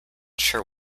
sure